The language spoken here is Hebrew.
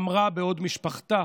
אמרה, בעוד משפחתה